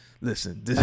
Listen